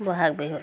বহাগ বিহুত